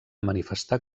manifestar